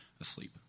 asleep